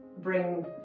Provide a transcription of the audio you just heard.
bring